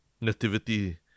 Nativity